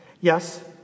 Yes